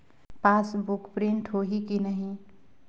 Passbook print होही कि नहीं?